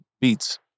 beats